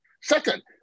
Second